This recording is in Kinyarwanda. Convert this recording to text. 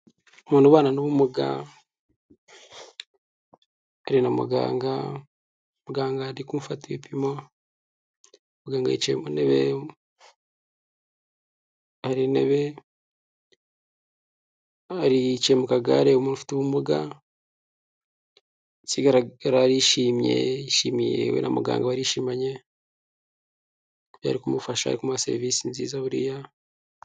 Umuntu ubana n'ubumuga, dore na muganga, muganga ari kumufata ibipimo, muganga yicaye mu ntebe, hari intebe, hari yicaye mu kagare umuntu ufite ubumuga, ikigaragara arishimye, yishimiye we na muganga barishimanye, ibyo ari kumufasha, ari kumuha serivisi nziza buriya.